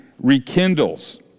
rekindles